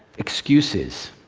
excuses.